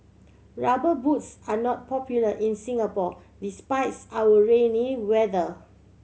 Rubber Boots are not popular in Singapore despites our rainy weather